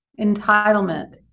entitlement